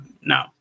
no